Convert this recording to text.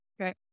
okay